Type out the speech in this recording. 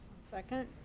second